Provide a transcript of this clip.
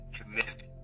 committed